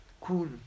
cool